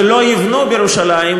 ולא יבנו בירושלים,